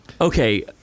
okay